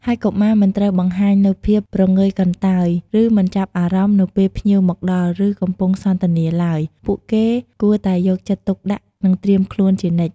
ហើយកុមារមិនត្រូវបង្ហាញនូវភាពព្រងើយកន្តើយ ឬមិនចាប់អារម្មណ៍នៅពេលភ្ញៀវមកដល់ ឬកំពុងសន្ទនាឡើយ ពួកគេគួរតែយកចិត្តទុកដាក់ និងត្រៀមខ្លួនជានិច្ច។